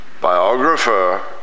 biographer